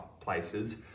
places